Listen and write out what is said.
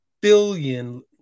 billion